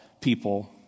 people